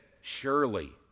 surely